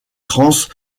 trans